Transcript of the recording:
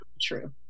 true